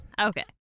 Okay